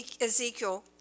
Ezekiel